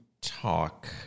talk